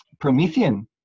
Promethean